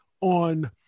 on